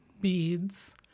beads